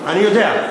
אני יודע,